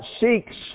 seeks